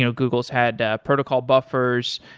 ah google's had protocol buffers.